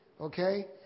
okay